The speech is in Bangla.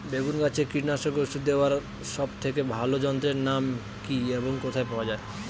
বেগুন গাছে কীটনাশক ওষুধ দেওয়ার সব থেকে ভালো যন্ত্রের নাম কি এবং কোথায় পাওয়া যায়?